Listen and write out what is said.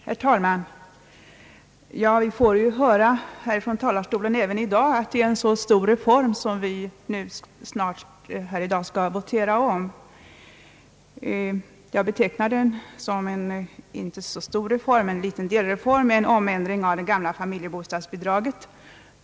Herr talman! Vi får även i dag höra från talarstolen här att det är en stor reform som vi skall votera om. Jag vill inte beteckna den som en stor reform utan som en liten delreform, en omändring av det gamla familjebostadsbidraget.